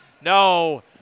No